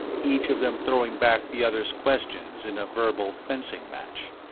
each of them throwing back the other's questions in a verbal fencing-match.